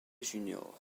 junior